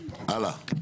הלאה.